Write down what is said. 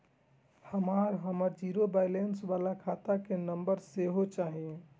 हमरा हमर zero balance बाला खाता के नम्बर सेहो चाही